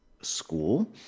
school